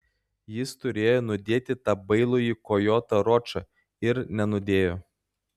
jis turėjo nudėti tą bailųjį kojotą ročą ir nenudėjo